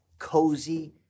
cozy